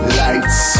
lights